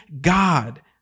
God